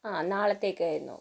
ആ നാളത്തേക്കായിരുന്നു